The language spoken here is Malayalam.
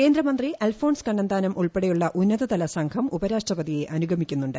കേന്ദ്രമന്ത്രി അൽഫോൺസ് കണ്ണന്താനം ഉൾപ്പെട്ടിയുള്ള ഉന്നതതല സംഘം ഉപരാഷ്ട്രപതിയെ അനുഗമിക്കുന്നുണ്ട്